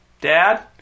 Dad